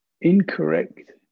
incorrect